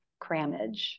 Crammage